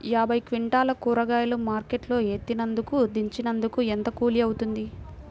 యాభై క్వింటాలు కూరగాయలు మార్కెట్ లో ఎత్తినందుకు, దించినందుకు ఏంత కూలి అవుతుంది?